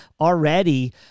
Already